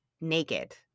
naked